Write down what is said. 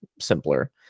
simpler